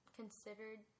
considered